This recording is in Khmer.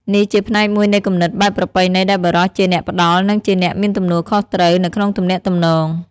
នេះជាផ្នែកមួយនៃគំនិតបែបប្រពៃណីដែលបុរសជាអ្នកផ្តល់ និងជាអ្នកមានទំនួលខុសត្រូវនៅក្នុងទំនាក់ទំនង។